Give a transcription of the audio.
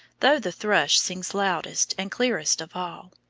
though the thrush sings loudest and clearest of all.